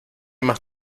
más